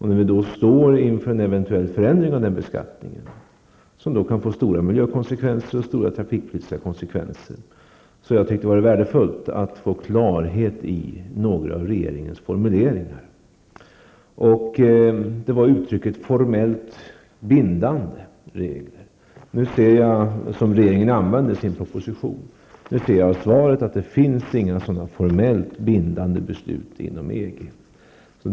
När vi nu står inför en eventuell förändring av den beskattningen som kan få stora miljömässiga och trafikpolitiska konsekvenser, har jag tyckt att det varit värdefullt att få klarhet i några av regeringens formuleringar. Jag har fäst mig vid uttrycket ''formellt bindande krav'', som regeringen använder i sin proposition. Jag förstår nu av svaret att det inte finns några sådana formellt bindande beslut i EG.